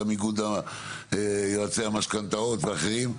גם איגוד יועצי המשכנתאות ואחרים.